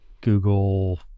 Google